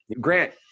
Grant